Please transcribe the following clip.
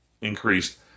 increased